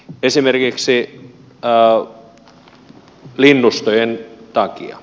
esimerkiksi linnustojen takia